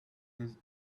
his